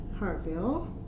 Hartville